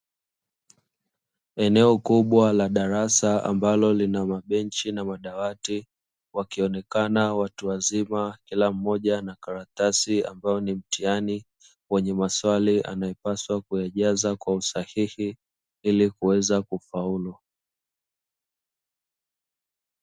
Eneo kubwa la darasa ambalo lina mabenchi na madawati wakionekana watu wazima kila mmoja na karatasi ambayo ni mtihani wenye maswali anayopaswa kuyajaza kwa usahihi ili kuweza kufaulu.